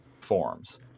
forms